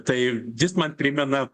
tai vis man primena